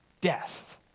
death